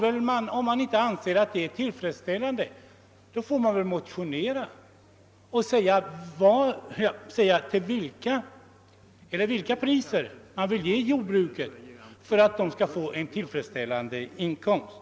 Om man inte anser att det är tillfredsställande, får man väl motionera och säga vilka priser man vill ge jordbruket för att jordbrukarna skall få en tillfredsställande inkomst.